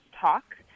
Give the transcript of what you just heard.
talk